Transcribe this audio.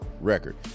record